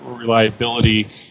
reliability